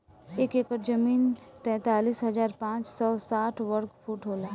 एक एकड़ जमीन तैंतालीस हजार पांच सौ साठ वर्ग फुट होला